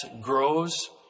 grows